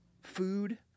food